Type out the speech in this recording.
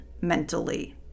mentally